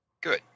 Good